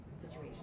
situation